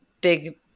big